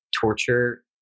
torture